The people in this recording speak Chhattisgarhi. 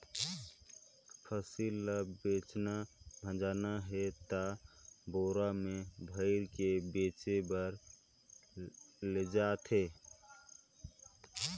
फसिल ल बेचना भाजना हे त बोरा में भइर के बेचें बर लेइज थें